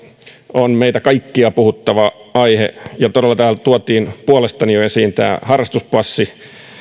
on meitä kaikkia puhuttava aihe ja todella täällä jo tuotiin puolestani esiin tämä harrastuspassi